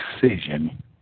decision